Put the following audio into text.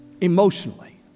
emotionally